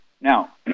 Now